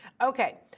Okay